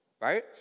right